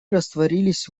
растворились